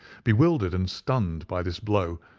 bewildered and stunned by this blow,